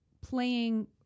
playing